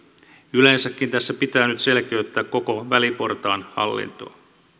yleensäkin tässä pitää nyt selkeyttää koko väliportaan hallintoa